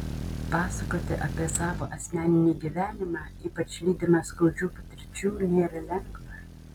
pasakoti apie savo asmeninį gyvenimą ypač lydimą skaudžių patirčių nėra lengva